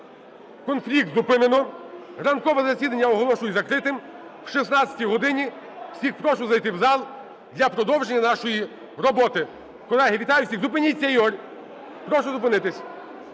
Конфлікт зупинено. Ранкове засідання оголошую закритим. О 16 годині всіх прошу зайти в зал для продовження нашої роботи. Колеги, вітаю всіх! Зупиніться, Ігорю! Прошу зупинитися.